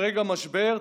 ברגע משבר,